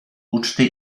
uczty